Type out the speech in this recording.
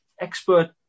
expert